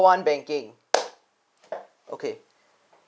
one banking okay